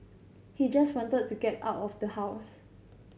he just wanted to get out of the house